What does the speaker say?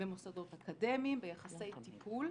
במוסדות אקדמיים, ביחסי טיפול.